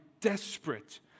desperate